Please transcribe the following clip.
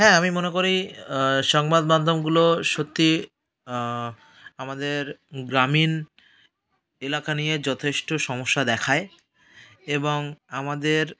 হ্যাঁ আমি মনে করি সংবাদমাধ্যমগুলো সত্যি আমাদের গ্রামীণ এলাকা নিয়ে যথেষ্ট সমস্যা দেখায় এবং আমাদের